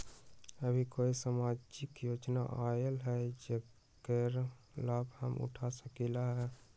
अभी कोई सामाजिक योजना आयल है जेकर लाभ हम उठा सकली ह?